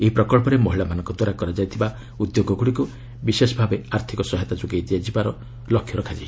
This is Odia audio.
ଏହି ପ୍ରକଳ୍ପରେ ମହିଳାମାନଙ୍କ ଦ୍ୱାରା କରାଯାଉଥିବା ଉଦ୍ୟୋଗଗୁଡ଼ିକୁ ବିଶେଷ ଭାବରେ ଆର୍ଥିକ ସହାୟତା ଯୋଗାଇ ଦିଆଯିବ ନେଇ ଲକ୍ଷ୍ୟ ରଖା ଯାଇଛି